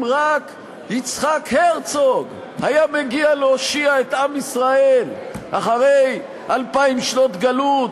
אם רק יצחק הרצוג היה מגיע להושיע את עם ישראל אחרי אלפיים שנות גלות